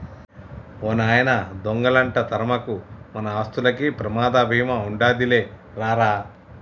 ఓ నాయనా దొంగలంట తరమకు, మన ఆస్తులకి ప్రమాద బీమా ఉండాదిలే రా రా